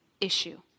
issue